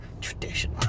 Tradition